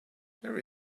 there